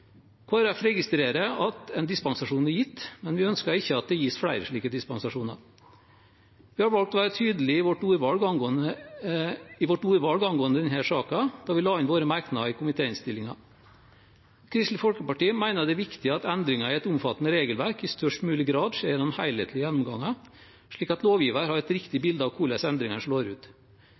Folkeparti registrerer at en dispensasjon er gitt, men vi ønsker ikke at det gis flere slike dispensasjoner. Vi har valgt å være tydelige i vårt ordvalg angående denne saken da vi la inn våre merknader i komitéinnstillingen. Kristelig Folkeparti mener det er viktig at endringer i et omfattende regelverk i størst mulig grad skjer gjennom helhetlige gjennomganger, slik at lovgiver har et riktig bilde av hvordan endringer slår ut.